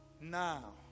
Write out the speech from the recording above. Now